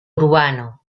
urbano